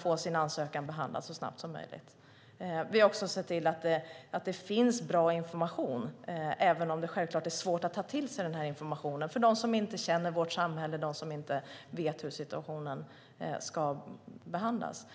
få sin ansökan behandlad så snabbt som möjligt. Vi har också sett till att det finns bra information, även om det självklart är svårt att ta till sig den här informationen för dem som inte känner vårt samhälle och inte vet hur situationen ska behandlas.